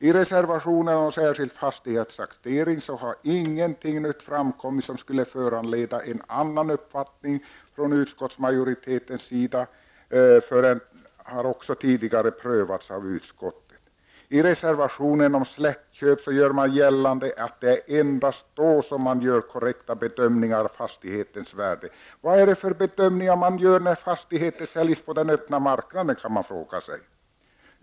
I reservation nr 4 om särskild fastighetstaxering framkommer ingenting nytt som skulle föranleda en annan uppfattning från utskottsmajoritetens sida. Frågan har också tidigare prövats av utskottet. I reservation nr 5 om släktköp görs gällande att det endast är vid sådana köp som det görs korrekta bedömningar av fastighetens värde. Man kan då fråga sig vilka bedömningar som görs när fastigheter säljs på den öppna markanden.